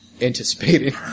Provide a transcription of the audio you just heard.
anticipating